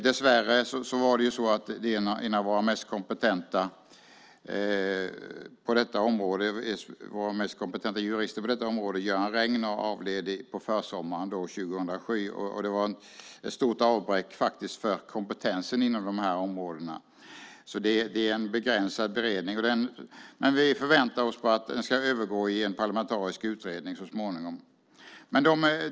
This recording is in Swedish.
Dessvärre avled en av våra mest kompetenta jurister på detta område, Göran Regner, på försommaren 2007. Det var ett stort avbräck för kompetensen inom de här områdena. Det är en begränsad beredning. Vi förväntar oss att den ska övergå i en parlamentarisk utredning så småningom.